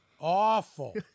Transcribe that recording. Awful